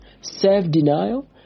self-denial